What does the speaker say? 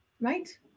Right